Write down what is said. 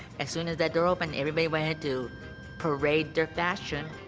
as soon as that door opened, everybody wanted to parade their fashion.